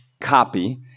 copy